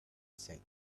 said